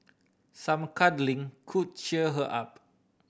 some cuddling could cheer her up